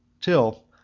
till